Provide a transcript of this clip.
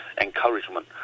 encouragement